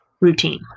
routine